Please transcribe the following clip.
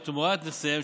או תמורת נכסיהם,